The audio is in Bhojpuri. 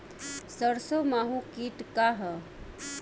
सरसो माहु किट का ह?